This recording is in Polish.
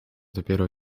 dopiero